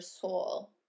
soul